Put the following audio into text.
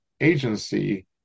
agency